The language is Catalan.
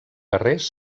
guerrers